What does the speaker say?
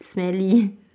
smelly